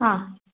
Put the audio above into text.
हा